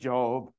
Job